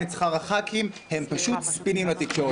את שכר חברי הכנסת הם פשוט ספינים לתקשורת.